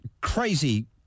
crazy